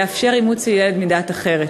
לאפשר אימוץ ילד מדת אחרת.